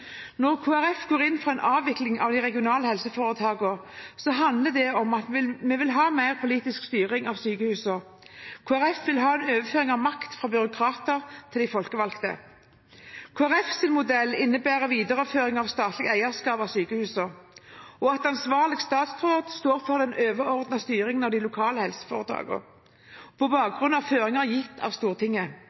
Når Kristelig Folkeparti går inn for en avvikling av de regionale helseforetakene, handler det om at vi vil ha mer politisk styring av sykehusene. Kristelig Folkeparti vil ha en overføring av makt fra byråkrater til de folkevalgte. Kristelig Folkepartis modell innebærer en videreføring av statlig eierskap til sykehusene og at ansvarlig statsråd står for den overordnede styringen av de lokale helseforetakene på bakgrunn av føringer gitt av Stortinget.